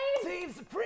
Supreme